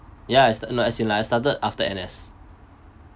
ya it's no as in like I started after N_S